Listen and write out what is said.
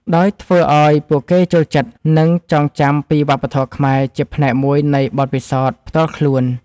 ដោយធ្វើឲ្យពួកគេចូលចិត្ត និងចងចាំពីវប្បធម៌ខ្មែរជាផ្នែកមួយនៃបទពិសោធន៍ផ្ទាល់ខ្លួន។